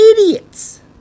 idiots